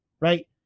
right